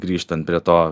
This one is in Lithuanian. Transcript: grįžtant prie to